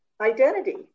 identity